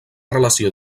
relació